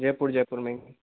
जयपुर जयपुर में ही